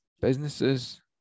businesses